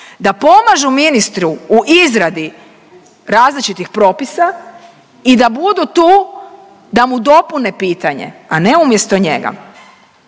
Da pomažu ministru u izradi različitih propisa i da budu tu da mu dopune pitanje, a ne umjesto njega.